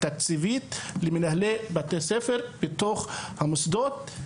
ותקציבית למנהלי בתי ספר בתוך המוסדות.